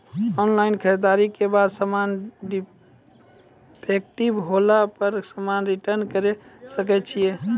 Online खरीददारी के बाद समान डिफेक्टिव होला पर समान रिटर्न्स करे सकय छियै?